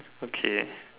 okay